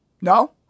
No